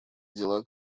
дела